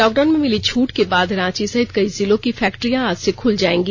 lockdown में मिली छूट के बाद रांची सहित कई जिलों की फैक्ट्रियां आज से खुल जायेगी